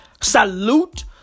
salute